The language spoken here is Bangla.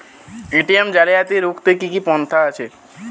এ.টি.এম জালিয়াতি রুখতে কি কি পন্থা আছে?